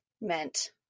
meant